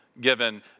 given